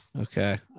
Okay